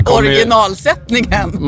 originalsättningen